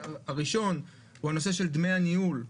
הראשון הוא הנושא של דמי הניהול,